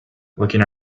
looking